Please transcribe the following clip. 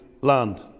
land